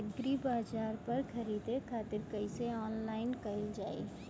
एग्रीबाजार पर खरीदे खातिर कइसे ऑनलाइन कइल जाए?